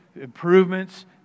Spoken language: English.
improvements